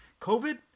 COVID